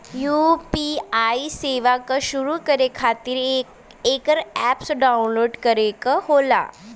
UPI सेवा क शुरू करे खातिर एकर अप्प डाउनलोड करे क होला